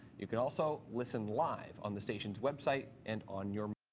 you can also listen live on the station's website and on your.